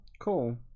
Cool